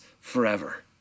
forever